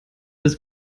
bis